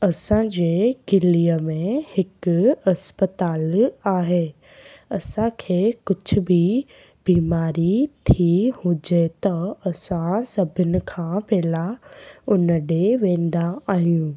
असांजे किलीअ में हिकु अस्पताल आहे असांखे कुझु बि बीमारी थी हुजे त असां सभिनि खां पहिला उन ॾे वेंदा आहियूं